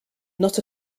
not